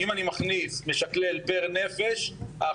אם אני מכניס,